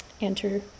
enter